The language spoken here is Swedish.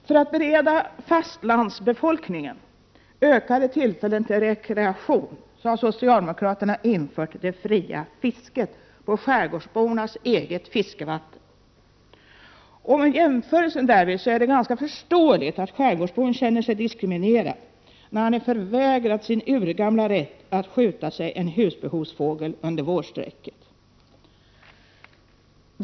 För att bereda fastlandsbefolkningen ökade tillfällen till rekreation har socialdemokraterna infört det fria fisket på skärgårdsbornas eget fiskevatten. Vid en jämförelse är det ganska förståeligt att skärgårdsbefolkningen känner sig diskriminerad. Den är förvägrad sin urgamla rätt att skjuta sig en husbehovsfågel under vårsträcket.